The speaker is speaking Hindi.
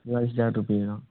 बाईस हज़ार रूपये का